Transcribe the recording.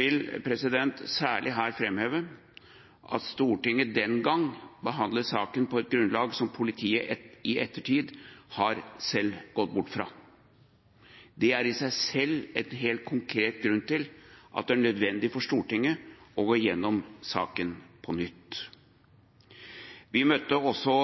vil jeg særlig framheve at Stortinget den gang behandlet saken på et grunnlag som politiet i ettertid selv har gått bort fra. Det er i seg selv en helt konkret grunn til at det er nødvendig for Stortinget å gå gjennom saken på nytt. Vi møtte også